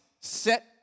set